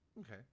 okay